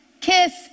Kiss